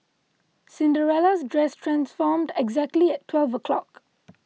Cinderella's dress transformed exactly at twelve o'clock